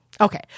Okay